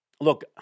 Look